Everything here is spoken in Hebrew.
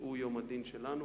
שהוא יום הדין שלנו,